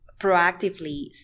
proactively